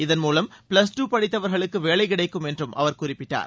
இதன்மூலம் plus two படித்தவர்களுக்கு வேலை கிடைக்கும் என்றும் அவர் குறிப்பிட்டார்